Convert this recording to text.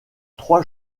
trois